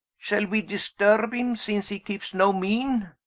shall wee disturbe him, since hee keepes no meane?